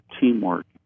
teamwork